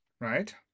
right